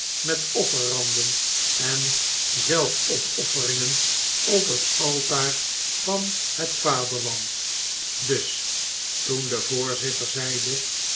met offeranden en zelfopofferingen op het altaar van het vaderland dus toen de voorzitter zeide